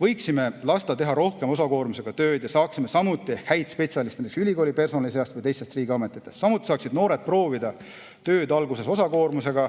võiksime lasta teha rohkem osakoormusega tööd ja saaksime samuti ehk häid spetsialiste näiteks ülikoolipersonali seast või teistest riigiametitest. Samuti saaksid noored proovida tööd alguses osakoormusega,